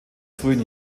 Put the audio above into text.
frühen